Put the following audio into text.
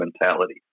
mentality